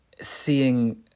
Seeing